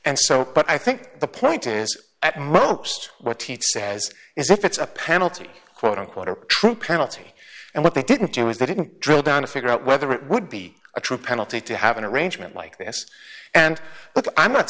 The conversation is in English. and so but i think the point is at most what he says is if it's a penalty quote unquote a true penalty and what they didn't do is they didn't drill down to figure out whether it would be a true penalty to have an arrangement like this and i'm not